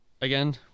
again